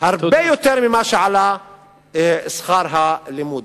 הרבה יותר ממה שעלה שכר הלימוד.